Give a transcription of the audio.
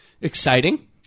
Exciting